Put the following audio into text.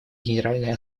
генеральной